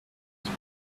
been